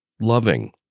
loving